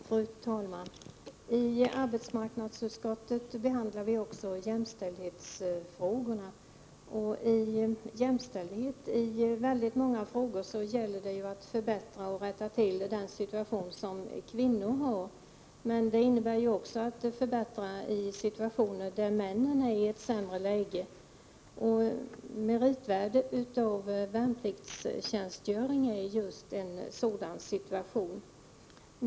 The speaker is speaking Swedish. Fru talman! I arbetsmarknadsutskottets betänkande behandlar vi också jämställdhetsfrågorna. Beträffande jämställdhet handlar det i många fall om att förbättra och rätta till situationen för kvinnor. Men det gäller också att förbättra i situationer där männen är i ett sämre läge. Beträffande meritvärdet av värnpliktstjänstgöring har vi just en sådan situation.